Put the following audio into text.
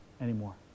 anymore